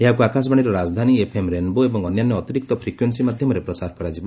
ଏହାକୁ ଆକାଶବାଣୀର ରାଜଧାନୀ ଏଫ୍ଏମ୍ ରେନ୍ବୋ ଏବଂ ଅନ୍ୟାନ୍ୟ ଅତିରିକ୍ତ ଫ୍ରିକ୍ୱେନ୍ସି ମାଧ୍ୟମରେ ପ୍ରସାର କରାଯିବ